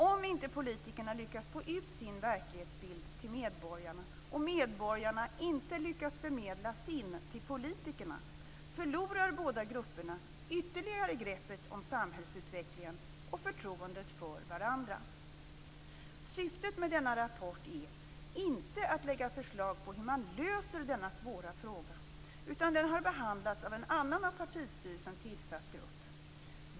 Om inte politikerna lyckas få ut sin verklighetsbild till medborgarna och medborgarna inte lyckas förmedla sin till politikerna förlorar båda grupperna ytterligare greppet om samhällsutvecklingen och förtroendet för varandra. Syftet med denna rapport är inte att lägga förslag på hur man löser denna svåra fråga, utan den har behandlats av en annan av partistyrelsen tillsatt grupp.